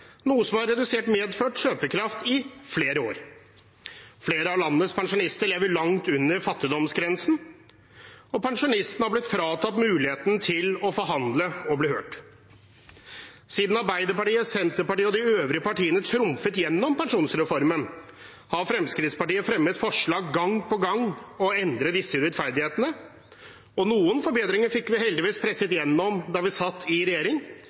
noe som har medført redusert kjøpekraft i flere år. Flere av landets pensjonister lever langt under fattigdomsgrensen, og pensjonistene har blitt fratatt muligheten til å forhandle og bli hørt. Siden Arbeiderpartiet, Senterpartiet og de øvrige partiene trumfet gjennom pensjonsreformen, har Fremskrittspartiet gang på gang fremmet forslag om å endre disse urettferdighetene. Noen forbedringer fikk vi heldigvis presset gjennom da vi satt i regjering,